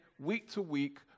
week-to-week